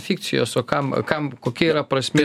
fikcijos o kam kam kokia yra prasmė